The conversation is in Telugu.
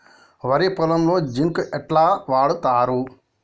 వరి పొలంలో జింక్ ఎట్లా వాడుతరు?